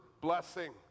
blessing